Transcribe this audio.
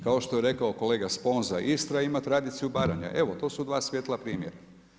Kao što je rekao kolega Sponza Istra ima tradiciju Baranje, evo to su dva svjetla primjera.